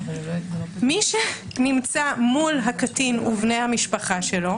מי שנמצא מול הקטין ובני המשפחה שלו,